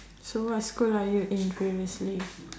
so what school are you in previously